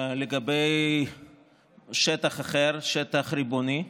לגבי שטח אחר, שטח ריבוני,